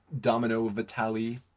Domino-Vitali